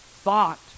thought